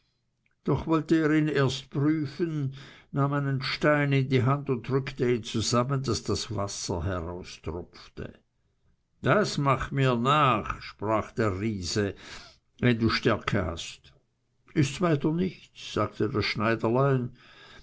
doch wollte er ihn erst prüfen nahm einen stein in die hand und drückte ihn zusammen daß das wasser heraustropfte das mach mir nach sprach der riese wenn du stärke hast ists weiter nichts sagte das schneiderlein